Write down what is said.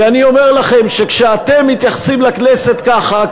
כי אני אומר לכם שכשאתם מתייחסים לכנסת ככה,